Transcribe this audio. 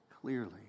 clearly